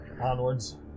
Onwards